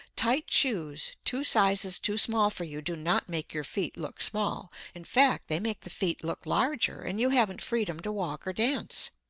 tight shoes two sizes too small for you do not make your feet look small in fact, they make the feet look larger, and you haven't freedom to walk or dance.